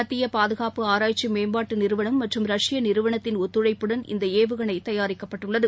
மத்திய பாதுகாப்பு ஆராய்ச்சி மேம்பாட்டு நிறுவனம் மற்றும் ரஷ்ய நிறுவனத்தின் ஒத்துழைப்புடன் இந்த ஏவுகணை தயாரிக்கப்பட்டது